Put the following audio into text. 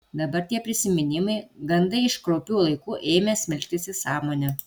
dabar tie prisiminimai gandai iš kraupių laikų ėmė smelktis į sąmonę